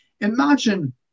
Imagine